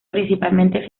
principalmente